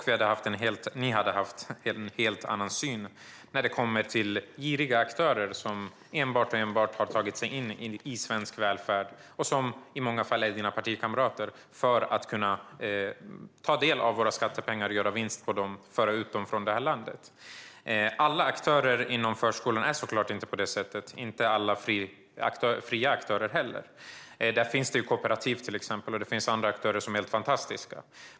Ni skulle ha haft en helt annan syn när det kommer till giriga aktörer - som i många fall är Maria Stockhaus partikamrater - som enbart har tagit sig in i svensk välfärd för att kunna ta del av våra skattepengar, göra vinst på dem och föra ut dem från det här landet. Alla aktörer inom förskolan är såklart inte på det sättet, och inte heller alla fria aktörer. Det finns till exempel kooperativ och andra aktörer som är helt fantastiska.